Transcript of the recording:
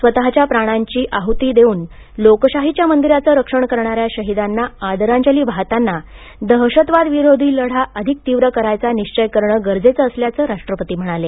स्वतच्या प्राणांची आहुती देऊन लोकशाहीच्या मंदिराचे रक्षण करणाऱ्या शहीदांना आदरांजली वाहताना दहशतवादविरोधी लढा अधिक तीव्र करायचा निश्चय करणे गरजेचे असल्याचे राष्ट्रपती म्हणाले